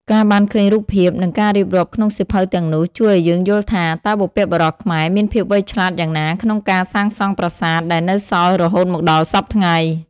ការបានឃើញរូបភាព និងការរៀបរាប់ក្នុងសៀវភៅទាំងនោះជួយឲ្យយើងយល់ថា តើបុព្វបុរសខ្មែរមានភាពវៃឆ្លាតយ៉ាងណាក្នុងការសាងសង់ប្រាសាទដែលនៅសល់រហូតមកដល់សព្វថ្ងៃ។